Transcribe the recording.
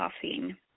caffeine